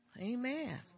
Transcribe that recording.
amen